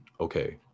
okay